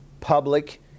public